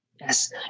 Yes